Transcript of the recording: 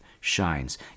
shines